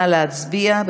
נא להצביע.